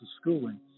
schooling